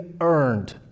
earned